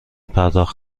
پرداخت